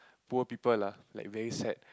poor people lah like very sad